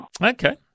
Okay